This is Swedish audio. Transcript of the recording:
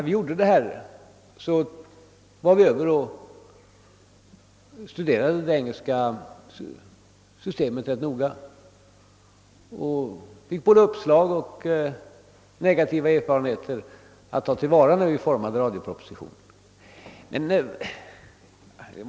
Vi for över till England och studerade ganska noga det engelska systemet och vi fick både uppslag och negativa erfarenheter att ta till vara, när vi utformade radiopropositionen.